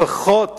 לפחות